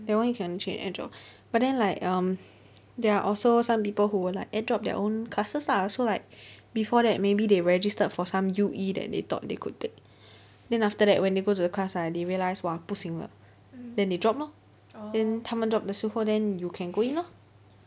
that one you can change add drop but then like um there are also some people who would like add drop their own classes lah so like before that maybe they registered for some U_E that they thought that they could take then after that when they go to the class ah they realise !wah! 不行了 then they drop lor then 他们 drop 的时候 then you can go in lor